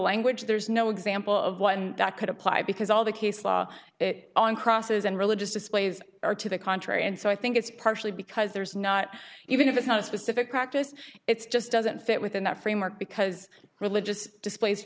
language there is no example of one that could apply because all the case law it on crosses and religious displays are to the contrary and so i think it's partially because there's not even if it's not a specific practice it's just doesn't fit within that framework because religious displa